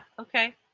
okay